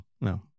no